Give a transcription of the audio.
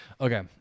Okay